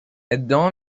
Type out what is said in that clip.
ادعا